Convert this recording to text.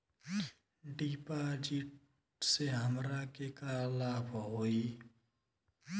डिपाजिटसे हमरा के का लाभ होई?